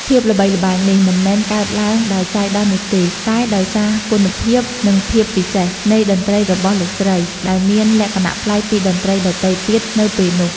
ភាពល្បីល្បាញនេះមិនមែនកើតឡើងដោយចៃដន្យនោះទេ តែដោយសារ គុណភាព និងភាពពិសេស នៃតន្ត្រីរបស់លោកស្រី ដែលមានលក្ខណៈប្លែកពីតន្ត្រីដទៃទៀតនៅពេលនោះ។